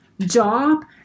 job